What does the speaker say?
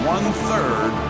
One-third